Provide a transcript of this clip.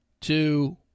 two